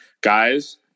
guys